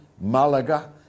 Malaga